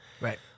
Right